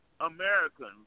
Americans